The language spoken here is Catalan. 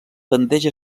tendeix